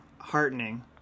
heartening